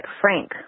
Frank